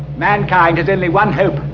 mankind has only one hope,